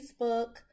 Facebook